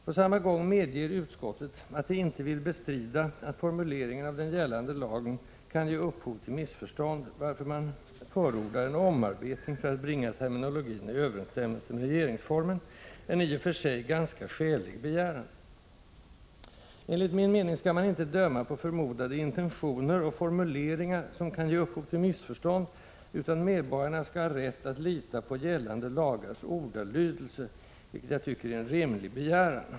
På samma gång medger utskottet att det inte vill bestrida att formuleringen av den gällande lagen kan ge upphov till missförstånd, varför man förordar en omarbetning för att bringa terminologin i överensstämmelse med regeringsformen — en i och för sig ganska skälig begäran. Enligt min mening skall man inte döma på förmodade intentioner och formuleringar som kan ge upphov till missförstånd, utan medborgarna skall ha rätt att lita på gällande lagars ordalydelse, vilket jag tycker är en rimlig begäran.